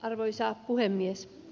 arvoisa puhemies